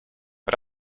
but